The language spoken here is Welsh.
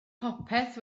popeth